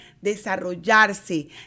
desarrollarse